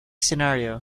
scenario